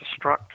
destruct